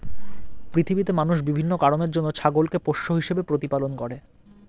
পৃথিবীতে মানুষ বিভিন্ন কারণের জন্য ছাগলকে পোষ্য হিসেবে প্রতিপালন করে